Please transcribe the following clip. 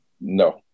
No